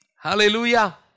Hallelujah